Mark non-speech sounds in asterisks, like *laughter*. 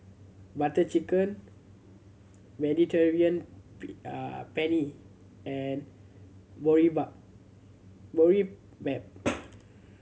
Butter Chicken Mediterranean *unintelligible* Penne and *unintelligible* Boribap